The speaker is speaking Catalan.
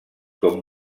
com